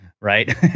Right